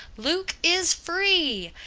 luke is free!